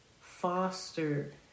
foster